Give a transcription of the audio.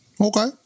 Okay